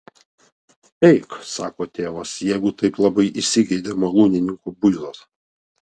eik sako tėvas jeigu taip labai įsigeidei malūnininko buizos